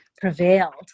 prevailed